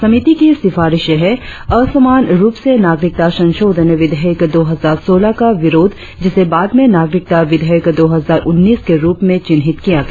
समिति की सिफारिशे है असमान रुप से नागरिकता संशोधन विधेयक दो हजार सोलह का विरोध जिसे बाद में नागरिकता विधेयक दो हजार उन्नीस के रुप में चिन्हित किया गया